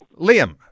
Liam